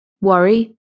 worry